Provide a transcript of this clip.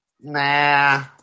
Nah